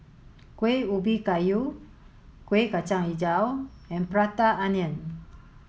Kuih Ubi Kayu Kuih Kacang Hijau and Prata Onion